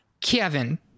kevin